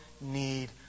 need